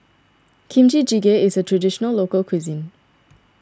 Kimchi Jjigae is a Traditional Local Cuisine